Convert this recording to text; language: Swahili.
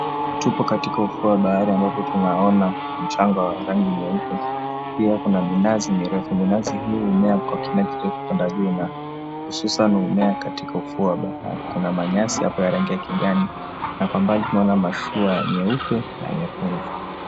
Tuko kwenye ufuo wa bahari ambapo tunaona mchanga wa rangi nyeupe, pia kuna minazi mirefu. Minazi hii humea kwa kina kirefu kuenda juu na hususan humea katika ufuo wa bahari . Kuna manyasi yako rangi ya kijani na kwa mbali tunaona mashua nyeupe na nyekundu.